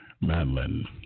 Madeline